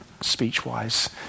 speech-wise